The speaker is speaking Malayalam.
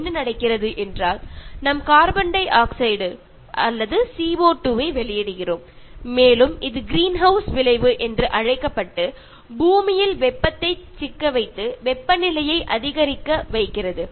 എന്ത് സംഭവിക്കുമെന്ന് വെച്ചാൽ നമ്മൾ ധാരാളം കാർബൺഡൈഓക്സൈഡ് അന്തരീക്ഷത്തിലേക്ക് പുറത്തു വിടുകയും അത് ഹരിതഗൃഹ പ്രഭാവത്തിന് കാരണമാവുകയും അത് ഭൂമിയിൽ ചൂട് കൂട്ടുന്നതിന് കാരണമാവുകയും ചെയ്യുന്നു